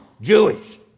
Jewish